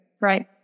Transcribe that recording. right